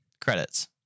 credits